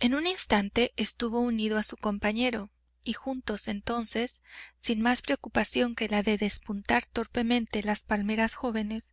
en un instante estuvo unido a su compañero y juntos entonces sin más preocupación que la de despuntar torpemente las palmeras jóvenes